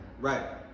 Right